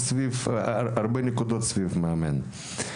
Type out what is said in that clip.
יש הרבה נקודות שהן סביב המאמן.